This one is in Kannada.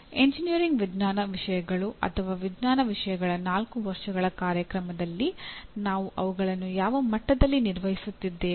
ಎಂಜಿನಿಯರಿಂಗ್ ವಿಜ್ಞಾನ ವಿಷಯಗಳು ಅಥವಾ ವಿಜ್ಞಾನ ವಿಷಯಗಳ 4 ವರ್ಷಗಳ ಕಾರ್ಯಕ್ರಮದಲ್ಲಿ ನಾವು ಅವುಗಳನ್ನು ಯಾವ ಮಟ್ಟದಲ್ಲಿ ನಿರ್ವಹಿಸುತ್ತಿದ್ದೇವೆ